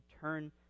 turn